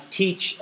teach